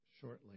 shortly